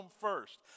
first